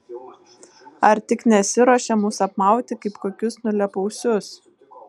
ar tik nesiruošia mus apmauti kaip kokius nulėpausius